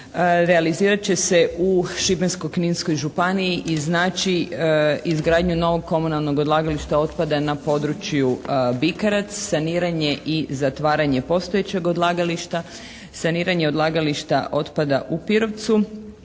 realizirat će se u Šibensko-kninskoj županiji i znači izgradnju novog komunalnog odlagališta otpada na području Bikarac, saniranje i zatvaranje postojećeg odlagališta, saniranje odlagališta otpada u Pirovcu